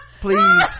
Please